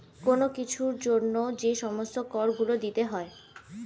কোন কিছুর জন্য যে সমস্ত কর গুলো দিতে হয়